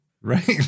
Right